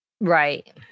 right